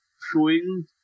showing